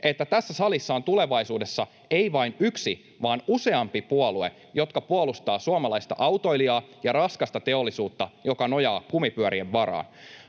että tässä salissa on tulevaisuudessa ei vain yksi vaan useampi puolue, joka puolustaa suomalaista autoilijaa ja raskasta teollisuutta, joka nojaa kumipyörien varaan.